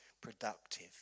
productive